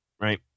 right